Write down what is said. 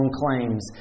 claims